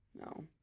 no